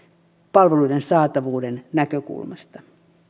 palveluiden saatavuuden näkökulmasta